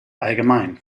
allgemein